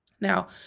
Now